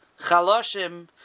Chaloshim